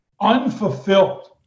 unfulfilled